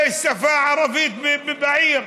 יש שפה ערבית בעיר.